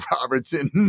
Robertson